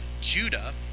Judah